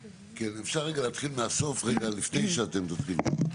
כן, אפשר רגע להתחיל מהסוף, רגע לפני שאתם מדברים.